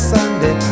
Sunday